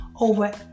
over